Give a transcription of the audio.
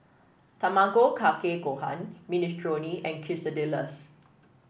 Tamago Kake Gohan Minestrone and Quesadillas